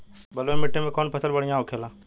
बलुई मिट्टी में कौन फसल बढ़ियां होखे ला?